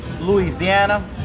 Louisiana